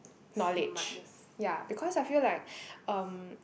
knowledge ya because I feel like um